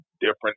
different